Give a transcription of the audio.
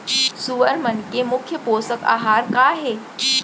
सुअर मन के मुख्य पोसक आहार का हे?